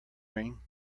ring